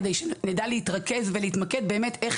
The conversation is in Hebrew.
כדי שנדע להתרכז ולהתמקד באיך